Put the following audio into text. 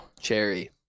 cherry